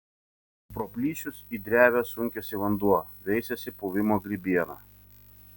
pro plyšius į drevę sunkiasi vanduo veisiasi puvimo grybiena